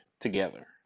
together